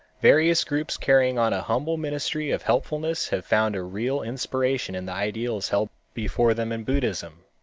various groups carrying on a humble ministry of helpfulness have found a real inspiration in the ideals held before them in buddhism,